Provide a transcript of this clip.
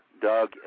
Doug